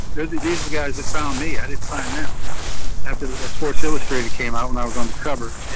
they're the, these are the guys that found me. i didn't find them after that that sports illustrated came out when i was on the cover.